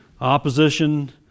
Opposition